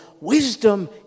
wisdom